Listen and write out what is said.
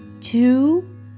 two